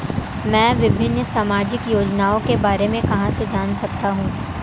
मैं विभिन्न सामाजिक योजनाओं के बारे में कहां से जान सकता हूं?